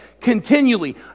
continually